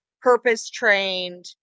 purpose-trained